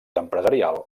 empresarial